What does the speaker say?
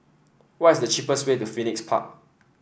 what is the cheapest way to Phoenix Park